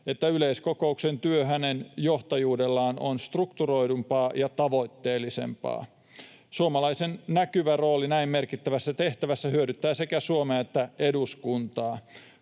että yleiskokouksen työ hänen johtajuudellaan on strukturoidumpaa ja tavoitteellisempaa. Suomalaisen näkyvä rooli näin merkittävässä tehtävässä hyödyttää sekä Suomea että eduskuntaa.